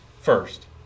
first